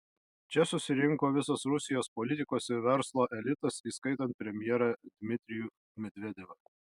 čia susirinko visas rusijos politikos ir verslo elitas įskaitant premjerą dmitrijų medvedevą